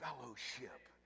fellowship